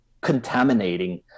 contaminating